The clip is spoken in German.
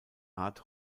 art